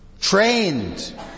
trained